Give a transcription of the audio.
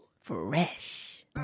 Fresh